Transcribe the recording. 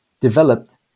developed